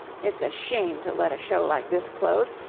it's a shame to let a show like this close.